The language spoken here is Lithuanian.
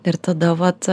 ir tada vat